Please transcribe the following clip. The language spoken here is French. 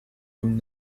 comme